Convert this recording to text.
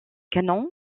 canons